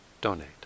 donate